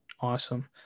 awesome